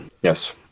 Yes